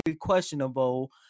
questionable